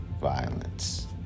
violence